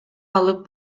алып